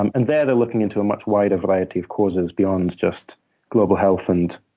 um and there, they're looking into a much wider variety of causes beyond just global health and